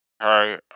Hi